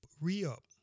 re-up